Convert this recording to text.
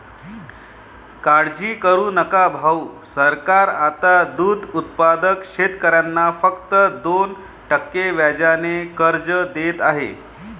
काळजी करू नका भाऊ, सरकार आता दूध उत्पादक शेतकऱ्यांना फक्त दोन टक्के व्याजाने कर्ज देत आहे